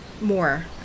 more